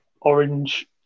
orange